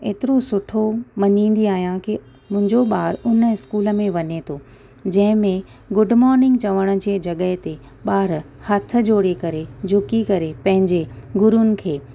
एतिरो सुठो मञिंदी आहियां की मुंहिंजो ॿारु उन स्कूल में वञे थो जंहिंमें गुड मोर्निंग चवण जे जॻह ते ॿार हथ जोड़े करे झुकी करे पंहिंजे गुरुनि खे